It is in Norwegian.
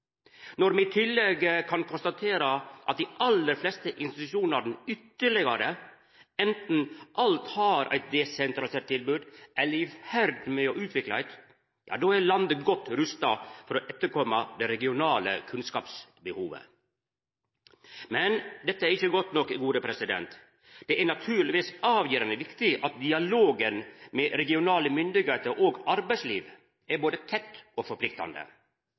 Når me i tillegg kan konstatera at dei aller fleste institusjonane anten alt har eit desentralisert tilbod eller er i ferd med å utvikla eit, ja, då er landet godt rusta til følgja opp det regionale kunnskapsbehovet. Men dette er ikkje godt nok. Det er naturlegvis avgjerande viktig at dialogen med regionale myndigheiter og arbeidsliv er både tett og forpliktande.